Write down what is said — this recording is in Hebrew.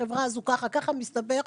החברה הזו ככה ככה מסתבר.